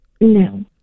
No